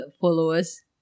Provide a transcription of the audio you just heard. followers